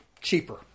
cheaper